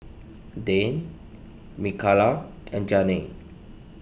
Dan Mikaila and Janae